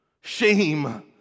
shame